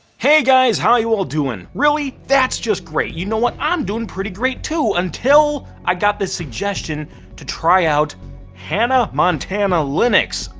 hey guys, how are you all doing? really? that's just great. you know what, i'm doing pretty great too, until i got the suggestion to try out hannah montana linux.